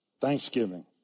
Thanksgiving